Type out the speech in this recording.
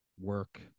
work